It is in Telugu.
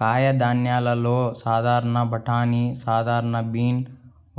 కాయధాన్యాలలో సాధారణ బఠానీ, సాధారణ బీన్,